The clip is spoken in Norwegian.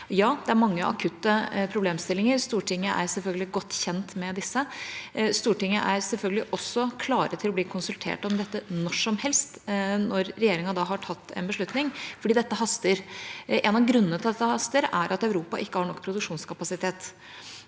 Ja, det er mange akutte problemstillinger, og Stortinget er selvfølgelig godt kjent med disse. Stortinget er selvfølgelig også klar til å bli konsultert om dette når som helst, når regjeringa har tatt en beslutning, for dette haster. En av grunnene til at dette haster, er at Europa ikke har nok produksjonskapasitet.